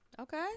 Okay